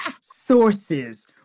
sources